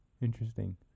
Interesting